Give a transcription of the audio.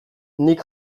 nik